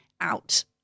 out